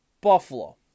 Buffalo